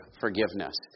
forgiveness